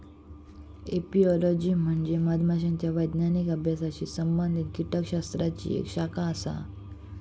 apiology म्हणजे मधमाशांच्या वैज्ञानिक अभ्यासाशी संबंधित कीटकशास्त्राची एक शाखा आसा